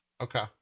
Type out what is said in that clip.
okay